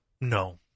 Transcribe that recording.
No